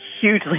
Hugely